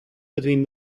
between